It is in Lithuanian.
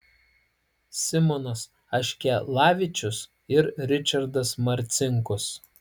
simonas aškelavičius ir ričardas marcinkus